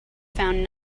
found